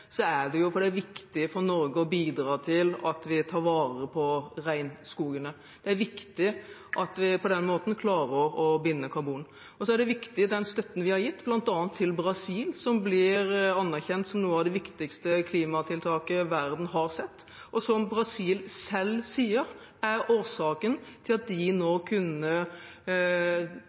er det fordi det er viktig for Norge å bidra til at vi tar vare på regnskogene. Det er viktig at vi på den måten klarer å binde karbon. Den støtten vi har gitt, bl.a. til Brasil, er viktig. Det blir anerkjent som et av de viktigste klimatiltakene verden har sett, og som Brasil selv sier er årsaken til at de